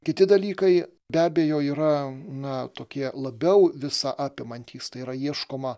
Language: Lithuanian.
kiti dalykai be abejo yra na tokie labiau visa apimantys tai yra ieškoma